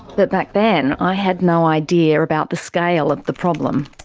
but back then, i had no idea about the scale of the problem.